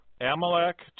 Amalek